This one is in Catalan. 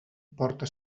porta